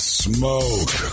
smoke